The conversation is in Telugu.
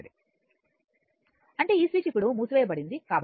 సరైనది అంటే ఈ స్విచ్ ఇప్పుడు మూసివేయబడింది